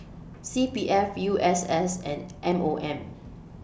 C P F U S S and M O M